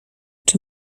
czy